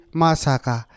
masaka